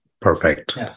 Perfect